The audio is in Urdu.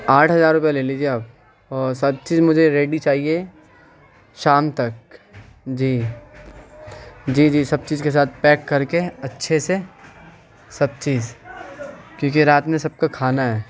آٹھ ہزار روپیہ لے لیجیے آپ اور سب چیز مجھے ریڈی چاہیے شام تک جی جی جی سب چیز کے ساتھ پیک کر کے اچّھے سے سب چیز کیونکہ رات میں سب کا کھانا ہے